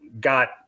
got